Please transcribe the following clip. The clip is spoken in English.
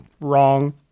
wrong